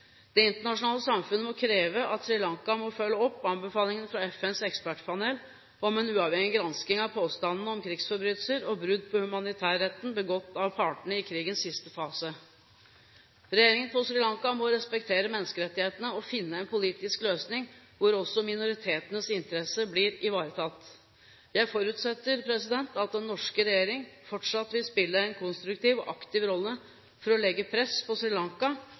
Det internasjonale samfunn må kreve at Sri Lanka følger opp anbefalingen fra FNs ekspertpanel om en uavhengig gransking av påstandene om krigsforbrytelser og brudd på humanitærretten begått av partene i krigens siste fase. Regjeringen på Sri Lanka må respektere menneskerettighetene og finne en politisk løsning hvor også minoritetenes interesse blir ivaretatt. Det forutsetter at den norske regjering fortsatt vil spille en konstruktiv og aktiv rolle for å legge press på